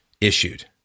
issued